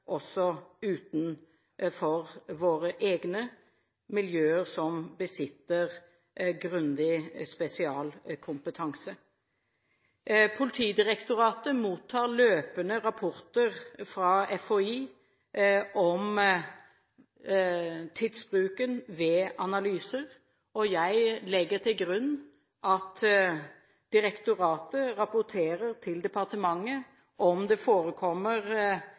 også utenfor våre egne miljøer. Disse besitter grundig spesialkompetanse. Politidirektoratet mottar løpende rapporter fra FHI om tidsbruken ved analyser, og jeg legger til grunn at direktoratet rapporterer til departementet dersom det